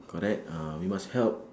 correct ah we must help